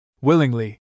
Willingly